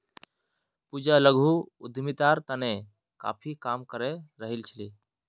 पूजा लघु उद्यमितार तने काफी काम करे रहील् छ